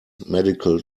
medical